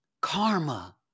karma